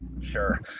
Sure